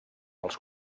els